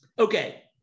Okay